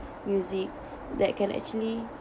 music that can actually